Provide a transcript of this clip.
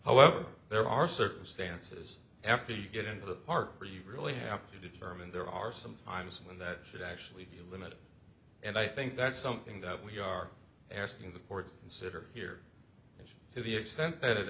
however there are circumstances effie get into the part where you really have to determine there are sometimes and that should actually be limited and i think that's something that we are asking the court consider here as to the extent that it